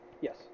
Yes